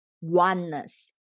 oneness